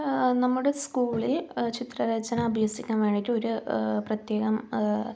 നമ്മുടെ സ്കൂളിൽ ചിത്രരചന അഭ്യസിക്കാൻ വേണ്ടിയിട്ട് ഒരു പ്രത്യേകം